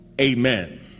Amen